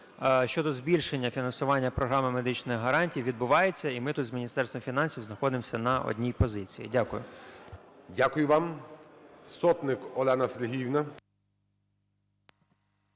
щодо збільшення фінансування програми медичних гарантій відбувається, і ми тут з Міністерством фінансів знаходимося на одній позиції. Дякую. ГОЛОВУЮЧИЙ. Дякую вам. Сотник Олена Сергіївна.